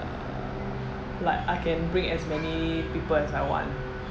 uh like I can bring as many people as I want